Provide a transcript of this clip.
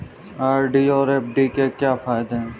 RD और FD के क्या फायदे हैं?